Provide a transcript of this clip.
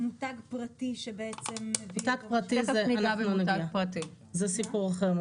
מותג פרטי שבעצם --- מותג פרטי זה סיפור אחר.